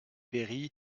péri